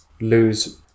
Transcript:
lose